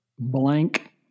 Blank